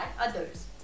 others